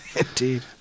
indeed